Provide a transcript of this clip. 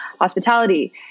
hospitality